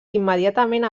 immediatament